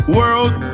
world